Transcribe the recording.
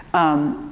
um